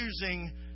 choosing